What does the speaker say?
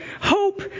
hope